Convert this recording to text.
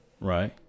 right